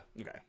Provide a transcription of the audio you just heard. Okay